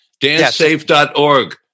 dancesafe.org